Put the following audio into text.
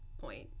point